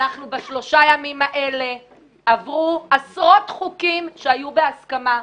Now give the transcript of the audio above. בשלושה ימים האלה עברו עשרות חוקים שהיו בהסכמה,